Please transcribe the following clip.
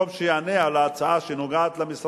הוא הודיע לנו מייד שהוא מבקש רק לכסות את שכר טרחת עורכי-הדין,